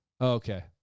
Okay